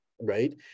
right